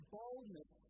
boldness